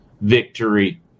victory